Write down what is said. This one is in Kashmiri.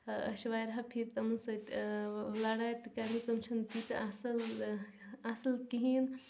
أسۍ چھِ واریاہَہ پھیٖرِ تِمَن سۭتۍ لَڑٲے تہٕ کَرۍمَژ تِم چھِنہٕ تیٖتیٛاہ اَصٕل اَصٕل کِہیٖنۍ